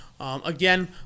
Again